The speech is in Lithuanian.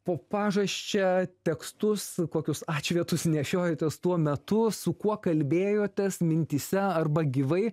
po pažasčia tekstus kokius atšvietus nešiojatės tuo metu su kuo kalbėjotės mintyse arba gyvai